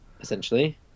Essentially